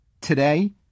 Today